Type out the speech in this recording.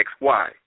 XY